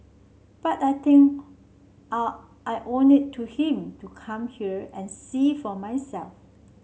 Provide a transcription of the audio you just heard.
but I think I I owe it to him to come here and see for myself